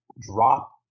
drop –